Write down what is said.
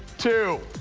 two,